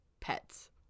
pets